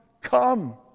come